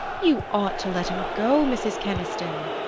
you ought to let him go, mrs. keniston!